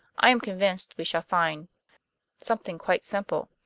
i am convinced we shall find something quite simple.